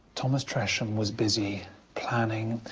thomas tresham was busy planning,